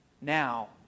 now